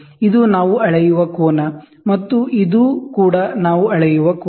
ಇದು ನಾವು ಅಳೆಯುವ ಕೋನ ಮತ್ತು ಇದು ಕೂಡ ನಾವು ಅಳೆಯುವ ಕೋನ